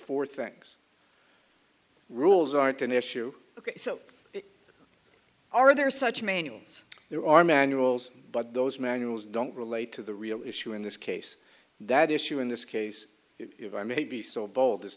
four things rules aren't an issue ok so are there such manuals there are manuals but those manuals don't relate to the real issue in this case that issue in this case if i may be so bold